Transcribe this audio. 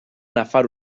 nafar